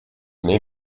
may